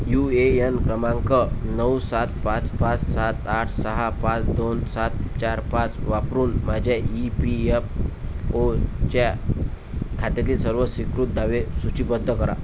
you A N क्रमांक नऊ सात पाच पाच सात आठ सहा पाच दोन सात चार पाच वापरून माझ्या ई पी एफ ओच्या खात्यातील सर्व स्वीकृत दावे सूचीबद्ध करा